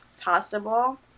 possible